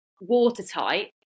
watertight